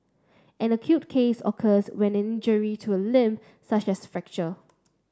an acute case occurs when injury to a limb such as fracture